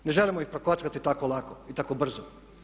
Ne želimo ih prokockati tako lako i tako brzo.